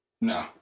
No